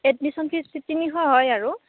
admission fees তিনিশ হয় আৰু